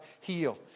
heal